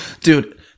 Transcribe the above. Dude